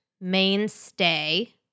mainstay